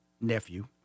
nephew